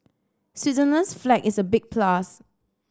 Switzerland's flag is a big plus